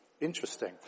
Interesting